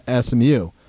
SMU